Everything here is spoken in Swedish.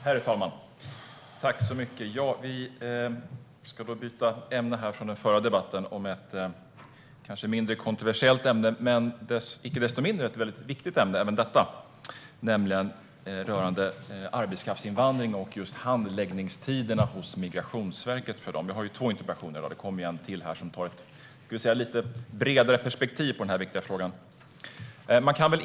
Herr talman! Nu ska vi byta till ett kanske lite mindre kontroversiellt ämne jämfört med den föregående debatten. Men även detta ämne är också mycket viktigt. Det handlar om arbetskraftsinvandring och just handläggningstiderna hos Migrationsverket. Jag har ställt två interpellationer som ska debatteras i dag. Det kommer snart en till, där vi har ett bredare perspektiv på den här viktiga frågan.